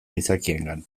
gizakiengan